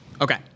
okay